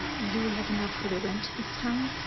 do we have enough for the rent this time?